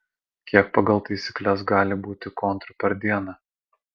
kiek pagal taisykles gali būti kontrų per dieną